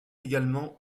également